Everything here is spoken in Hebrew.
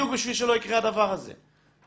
כדי שהדבר הזה בדיוק לא יקרה.